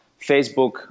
Facebook